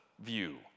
view